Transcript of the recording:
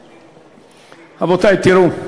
רבותי, תראו,